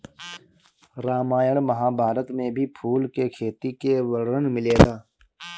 रामायण महाभारत में भी फूल के खेती के वर्णन मिलेला